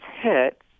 hit